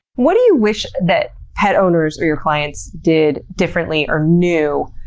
what do you wish that pet owners or your clients did different, like or knew?